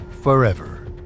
forever